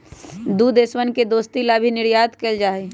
दु देशवन के दोस्ती ला भी निर्यात कइल जाहई